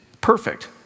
perfect